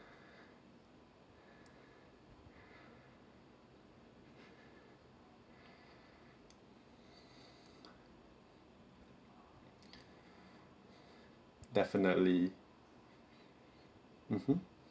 definitely mmhmm